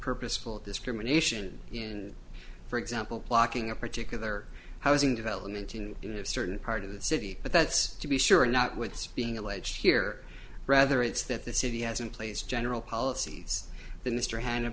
purposeful discrimination in for example blocking a particular housing development in a certain part of the city but that's to be sure not with being alleged here rather it's that the city has in place general policies that mr han